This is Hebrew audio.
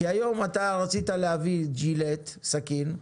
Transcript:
כי היום אתה רצית להביא ג'ילט, סכין,